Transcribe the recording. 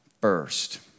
first